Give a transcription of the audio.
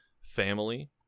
Family